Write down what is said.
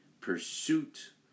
pursuit